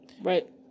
Right